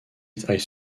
high